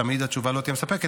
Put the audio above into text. תמיד התשובה לא תהיה מספקת,